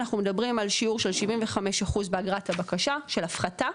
אנחנו מדברים על שיעור של 75 אחוז באגרת הבקשה של הפחתה,